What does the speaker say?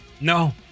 No